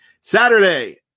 Saturday